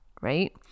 right